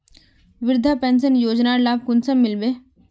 वृद्धा पेंशन योजनार लाभ कुंसम मिलबे?